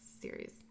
series